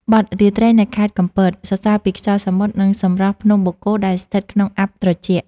បទ «រាត្រីនៅខេត្តកំពត» សរសើរពីខ្យល់សមុទ្រ និងសម្រស់ភ្នំបូកគោដែលស្ថិតក្នុងអ័ព្ទត្រជាក់។